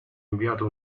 inviato